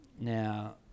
now